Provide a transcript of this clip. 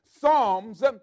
psalms